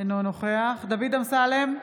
אינו נוכח דוד אמסלם,